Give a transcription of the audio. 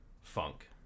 funk